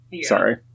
sorry